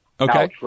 Okay